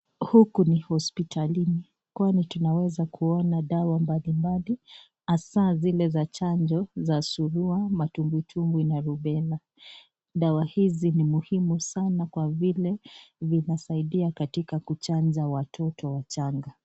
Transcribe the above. Huku ni hospitalini kwani tunaweza kuona dawa mbali mbali hasaa zile za chanjo za surua ,matumbwitumbwi na rubela dawa hizi ni muhimu sana kwa vile vinasaidia katika kuchanja watoto wachanga.